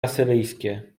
asyryjskie